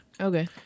Okay